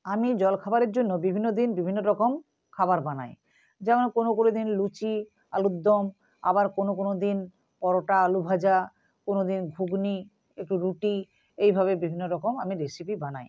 আমি জলখাবারের জন্য বিভিন্ন দিন বিভিন্ন রকম খাবার বানাই যেমন কোনো কোনো দিন লুচি আলুরদম আবার কোনো কোনো দিন পরোটা আলু ভাজা কোনো দিন ঘুগনি একটু রুটি এইভাবে বিভিন্ন রকম আমি রেসিপি বানাই